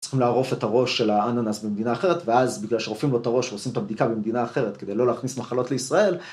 צריכים לערוף את הראש של האננס במדינה אחרת, ואז בגלל שעורפים לו את הראש ועושים את הבדיקה במדינה אחרת, כדי לא להכניס מחלות לישראל.